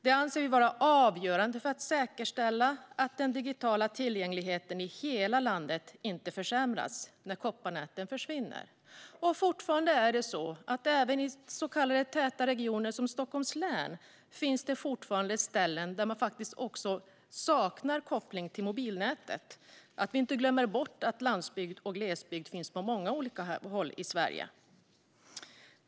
Det anser vi vara avgörande för att säkerställa att den digitala tillgängligheten i hela landet inte försämras när kopparnätet försvinner. Fortfarande är det så att även i så kallade täta regioner, som Stockholms län, finns det ställen där man saknar uppkoppling till mobilnätet. Vi ska inte glömma bort att landsbygd och glesbygd finns på många håll i Sverige.